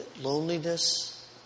loneliness